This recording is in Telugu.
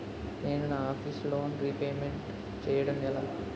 నేను నా ఆఫీస్ లోన్ రీపేమెంట్ చేయడం ఎలా?